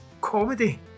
comedy